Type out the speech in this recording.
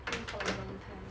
for a long time